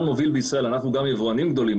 אנחנו חייבים לשים לזה דד ליין.